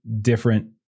different